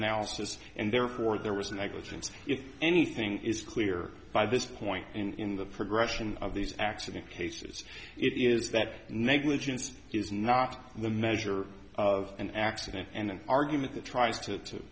analysis and therefore there was negligence if anything is clear by this point in the progression of these accident cases it is that negligence is not the measure of an accident and an argument that tries to